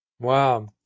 Wow